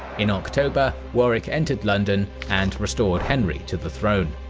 in october warrick entered london and restored henry to the throne.